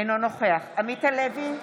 אינו נוכח עמית הלוי,